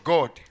God